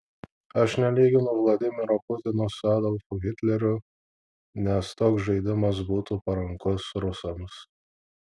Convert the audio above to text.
aš nelyginu vladimiro putino su adolfu hitleriu nes toks žaidimas būtų parankus rusams